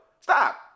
stop